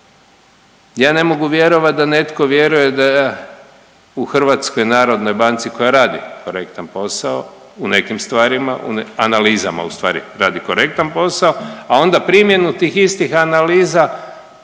Ja ne mogu vjerovat da netko vjeruje da u HNB-u koja radi korektan posao u nekim stvarima, u analizama ustvari radi korektan posao, a onda primjenu tih istih analiza